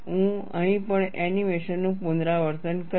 હું અહીં પણ એનિમેશનનું પુનરાવર્તન કરીશ